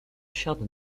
siadł